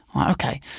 Okay